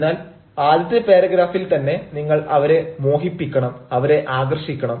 അതിനാൽ ആദ്യത്തെ പാരഗ്രാഫിൽ തന്നെ നിങ്ങൾ അവരെ മോഹിപ്പിക്കണം അവരെ ആകർഷിക്കണം